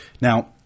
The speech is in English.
now